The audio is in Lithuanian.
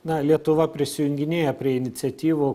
na lietuva prisijunginėja prie iniciatyvų